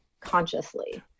consciously